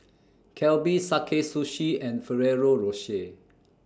Calbee Sakae Sushi and Ferrero Rocher